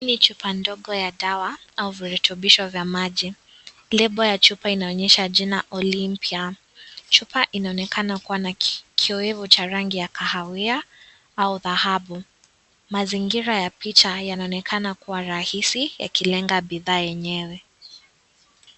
Hii ni chupa ndogo ya dawa au virutubisho vya maji lebo ya chupa inaonyesha jina Olympia . Chupa inaonekana kuwa na kioevu cha rangi ya kahawia au dhahabu . Mazingira ya picha yanaonekana kuwa rahisi yakilenga bidhaa yenyewe.